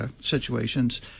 situations